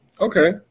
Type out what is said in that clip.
okay